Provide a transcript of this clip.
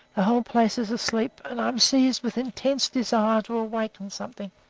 whole place is asleep, and i am seized with intense desire to awaken something.